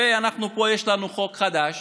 ואנחנו פה, יש לנו חוק חדש